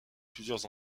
plusieurs